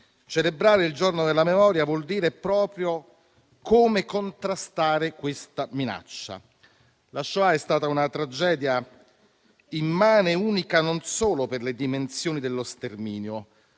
Celebrare il Giorno della Memoria vuol dire proprio contrastare questa minaccia. La Shoah è stata una tragedia immane e unica non solo per le dimensioni dello sterminio,